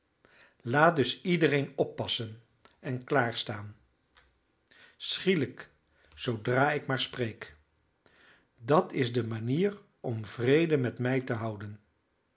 laat dus iedereen oppassen en klaar staan schielijk zoodra ik maar spreek dat is de manier om vrede met mij te houden